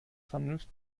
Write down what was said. vernunft